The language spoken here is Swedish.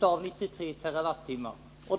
av 93 TWh.